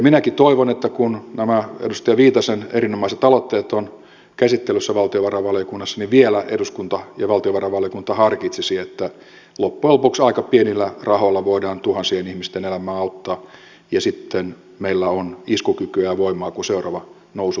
minäkin toivon että kun nämä edustaja viitasen erinomaiset aloitteet ovat käsittelyssä valtiovarainvaliokunnassa niin vielä eduskunta ja valtiovarainvaliokunta harkitsisivat että loppujen lopuksi aika pienillä rahoilla voidaan tuhansien ihmisten elämää auttaa ja sitten meillä on iskukykyä ja voimaa kun seuraava nousu tulee